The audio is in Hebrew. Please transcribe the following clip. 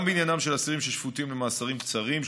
גם בעניינם של אסירים ששפוטים למאסרים קצרים,